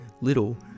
little